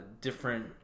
different